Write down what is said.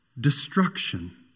Destruction